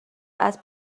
اسب